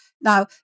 Now